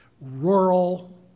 rural